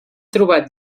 trobat